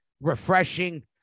refreshing